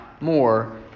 more